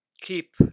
keep